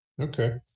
okay